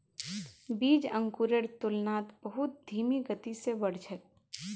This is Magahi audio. बीज अंकुरेर तुलनात बहुत धीमी गति स बढ़ छेक